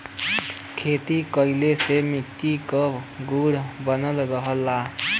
खेती कइले से मट्टी के गुण बनल रहला